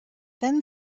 thin